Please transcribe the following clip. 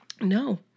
No